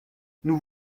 nous